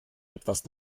etwas